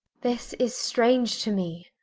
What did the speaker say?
this is strange to me